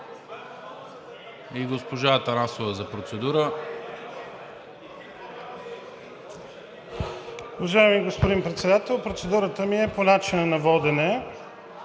И госпожа Атанасова за процедура.